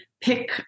pick